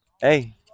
Hey